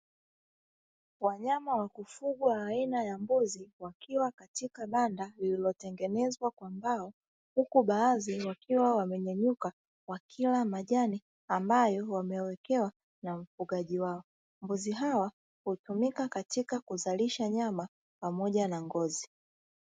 Wanyama wa kufugwa aina ya mbuzi wakiwa katika banda lililotengenezwa kwa mbao huku baadhi wakiwa wamenyanyuka wakila majani ambayo wamewekewa na mfugaji wao, mbuzi hawa hutumika katika kuzalisha nyama, pamoja na ngozi.